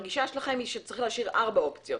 הגישה שלכם היא שצריך להשאיר ארבע אופציות,